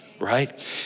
right